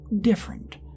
different